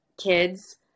kids